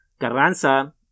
Carranza